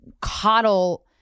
coddle